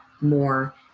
more